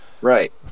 Right